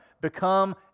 Become